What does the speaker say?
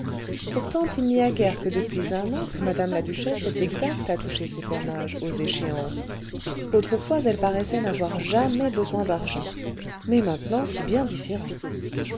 pourtant il n'y a guère que depuis un an que mme la duchesse est exacte à toucher ses fermages aux échéances autrefois elle paraissait n'avoir jamais besoin d'argent mais maintenant c'est bien différent